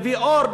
יביא אור,